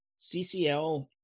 CCL